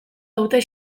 dute